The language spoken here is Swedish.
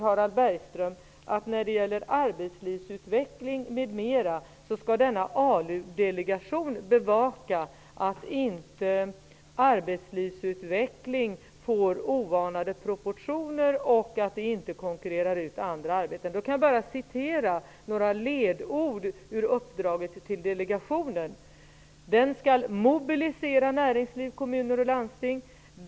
Harald Bergström att ALU-delegationen skall bevaka att arbetslivsutvecklingen inte får oanade proportioner och att den inte konkurrerar ut andra arbeten. Jag kan bara referera till några ledord i uppdraget till delegationen. Delegationen skall mobilisera näringsliv, kommuner och landsting.